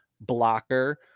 blocker